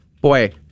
Boy